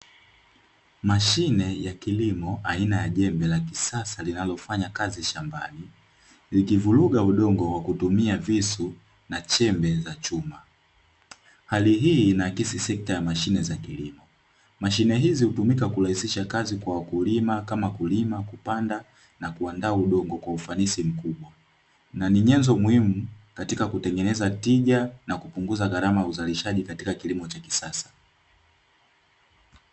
Mashine ya kilimo aina ya jembe la kisasa linalofanya kazi shambani likivuruga udongo kwa kutumia visu pamoja na chembe za chuma hali hii inaakisi sekta ya mashine za kilimo mashine hizi utumika kurahisisha kazi kwa wakulima kama kulima, kupanda, na kuandaa udongo kwa ufanisi mkubwa na ni nyenzo muhimu katika kutengeneza tija na kupunguza gharama za uzalishaji katika kilimo cha kisasa.